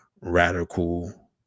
radical